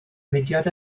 mudiad